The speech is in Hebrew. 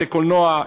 בתי-קולנוע,